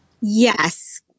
Yes